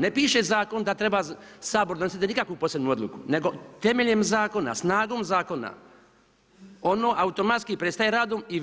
Ne piše u zakonu da treba Sabor donositi nikakvu posebnu odluku, nego temeljem zakona, snagom zakona ono automatski prestaje radom i